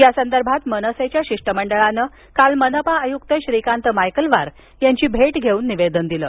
या संदर्भात मनसेच्या शिष्टमंडळानं काल मनपा आयुक्त श्रीकांत मायकलवार यांची भेट घेऊन निवेदन दिलं